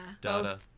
Data